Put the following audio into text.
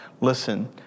listen